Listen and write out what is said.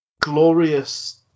glorious